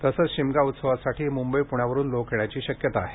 तसेच शिमगा उत्सवासाठी मुंबई पूण्यावरुन लोक येण्याची शक्यता आहे